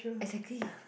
exactly